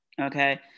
Okay